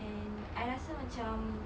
and I rasa macam